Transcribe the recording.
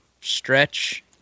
stretch